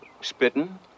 spitting